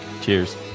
Cheers